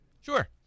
Sure